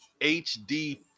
HD